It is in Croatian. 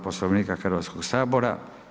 Poslovnika Hrvatskog sabora.